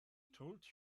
told